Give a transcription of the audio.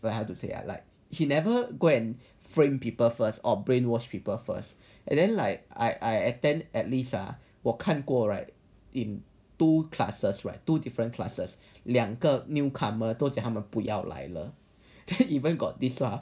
but I had to say I like he never go and frame people first or brainwash people first and then like I I attend at least ah 我看过 right in two classes right two different classes 两个 newcomer 都讲他们不要来了 even got this lah